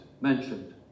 mentioned